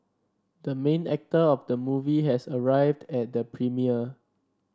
the main actor of the movie has arrived at the premiere